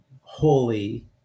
holy